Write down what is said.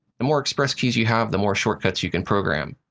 the more express keys you have, the more shortcuts you can program.